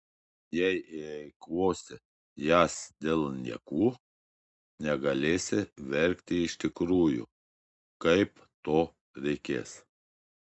jei eikvosi jas dėl niekų negalėsi verkti iš tikrųjų kai to reikės